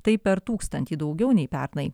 tai per tūkstantį daugiau nei pernai